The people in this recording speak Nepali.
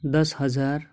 दस हजार